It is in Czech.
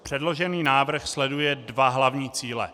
Předložený návrh sleduje dva hlavní cíle.